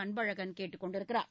அன்பழகன் கேட்டுக் கொண்டுள்ளார்